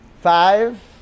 Five